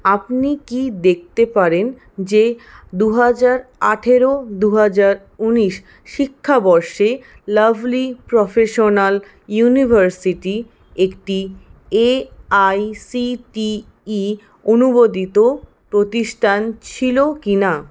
আপনি কি দেখতে পারেন যে দুহাজার আঠারো দুহাজার উনিশ শিক্ষাবর্ষে লাভলি প্রফেশনাল ইউনিভার্সিটি একটি A I C T E অনুমোদিত প্রতিষ্ঠান ছিল কি না